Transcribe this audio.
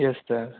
yes sir